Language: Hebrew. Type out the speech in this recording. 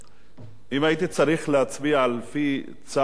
אם הייתי צריך להצביע לפי צו מצפוני,